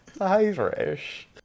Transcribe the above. Irish